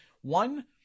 One